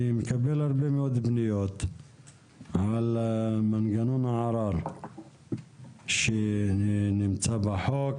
מקבל הרבה מאוד פניות על מנגנון הערר שנמצא בחוק.